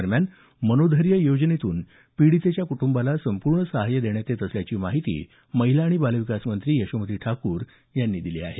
दरम्यान मनोधैर्य योजनेतून पीडितेच्या कुटुंबाला संपूर्ण सहाय्य देण्यात येत असल्याची माहिती महिला आणि बालविकास मंत्री यशोमती ठाकूर यांनी दिली आहे